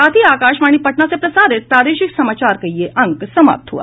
इसके साथ ही आकाशवाणी पटना से प्रसारित प्रादेशिक समाचार का ये अंक समाप्त हुआ